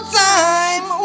time